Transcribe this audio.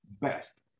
best